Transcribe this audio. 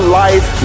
life